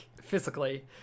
physically